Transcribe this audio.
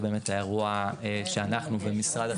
באמת האירוע שאנחנו ומשרד החינוך מזהים.